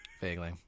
Vaguely